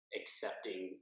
accepting